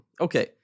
Okay